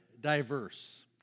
diverse